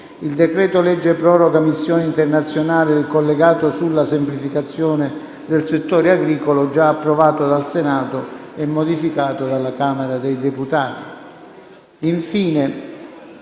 il decreto-legge proroga missioni internazionali e il collegato sulla semplificazione del settore agricolo, già approvato dal Senato e modificato dalla Camera dei deputati.